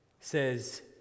says